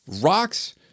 Rocks